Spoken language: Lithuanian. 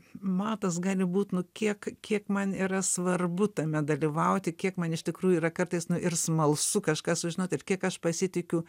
matas gali būt nu kiek kiek man yra svarbu tame dalyvauti kiek man iš tikrųjų yra kartais nu ir smalsu kažką sužinoti ir kiek aš pasitikiu